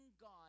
God